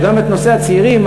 שגם את נושא הצעירים,